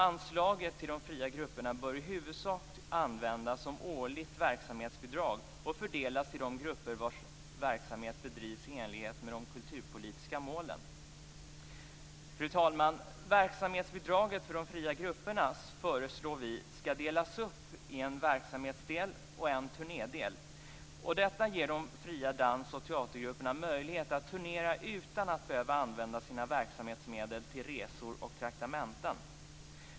Anslaget till de fria grupperna bör i huvudsak användas som årligt verksamhetsbidrag och fördelas till de grupper vars verksamhet bedrivs i enlighet med de kulturpolitiska målen. Fru talman! Vi föreslår att verksamhetsbidraget för de fria grupperna skall delas upp i en verksamhetsdel och en turnédel. Detta ger de fria dans och teatergrupperna möjlighet att turnera utan att behöva använda sina verksamhetsmedel till resor och traktamenten.